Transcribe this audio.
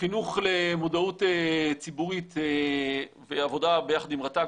חינוך למודעות ציבורית בעבודה ביחד עם רט"ג,